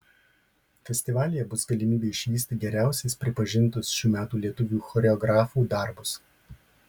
festivalyje bus galimybė išvysti geriausiais pripažintus šių metų lietuvių choreografų darbus